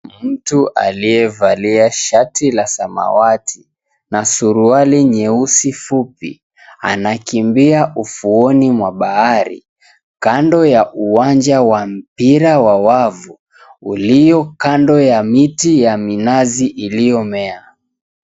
Mtu aliyevalia shati la samawati na suruali nyeusi fupi anakimbia ufuoni mwa bahari kando ya uwanja wa mpira wa wavu uliyokando ya miti ya minazi iliyomea